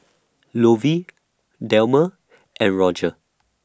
Lovey Delmer and Rodger